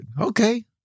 Okay